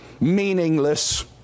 meaningless